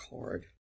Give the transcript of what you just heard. hard